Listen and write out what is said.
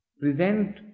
present